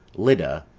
lydda,